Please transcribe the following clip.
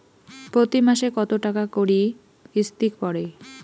প্রতি মাসে কতো টাকা করি কিস্তি পরে?